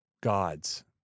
gods